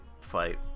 fight